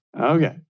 Okay